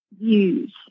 views